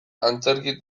antzerki